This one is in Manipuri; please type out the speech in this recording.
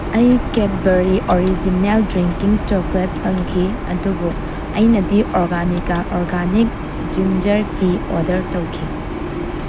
ꯑꯩ ꯀꯦꯗꯕꯔꯤ ꯑꯣꯔꯤꯖꯤꯅꯦꯜ ꯗ꯭ꯔꯤꯡꯀꯤꯡ ꯆꯣꯀ꯭ꯂꯦꯠ ꯐꯪꯈꯤ ꯑꯗꯨꯕꯨ ꯑꯩꯅꯗꯤ ꯑꯣꯔꯒꯥꯅꯤꯀꯥ ꯑꯣꯔꯒꯥꯅꯤꯛ ꯖꯤꯟꯖꯔ ꯇꯤ ꯑꯣꯗꯔ ꯇꯧꯈꯤ